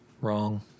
Wrong